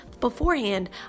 beforehand